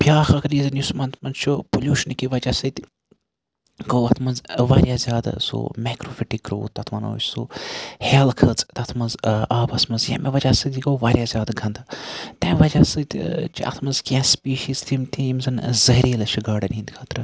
بیاکھ اکھ ریٖزَن یُس مان تِمَن چھُ پُلیوشنکہِ وَجہ سۭتۍ گوٚو اتھ مَنٛز واریاہ زیادٕ سُہ میٚکروفِٹِک روٗد تتھ وَنو أسۍ سُہ ہیٚل کھٔژ تَتھ مَنٛز آبَس مَنٛز ییٚمہِ وَجہ سۭتۍ یہِ گوٚو واریاہ زیادٕ گَنٛدٕ تمہِ وَجہ سۭتۍ چھِ اتھ مَنٛز کینٛہہ سپیٖشیٖز تِم تہِ یِم زَن زَہریٖلہٕ چھِ گاڈن ہٕنٛدِ خٲطرٕ